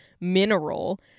mineral